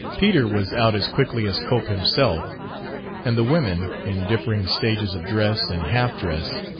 peter was out as quickly as cope himself and the women, in differing stages of dress and half-dress,